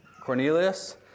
Cornelius